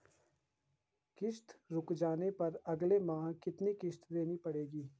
किश्त रुक जाने पर अगले माह कितनी किश्त देनी पड़ेगी?